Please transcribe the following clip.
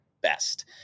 best